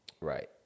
Right